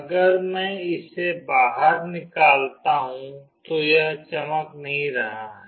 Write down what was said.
अगर मैं इसे बाहर निकालती हूं तो यह चमक नहीं रही है